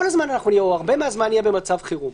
כל הזמן או הרבה מהזמן נהיה במצב חירום.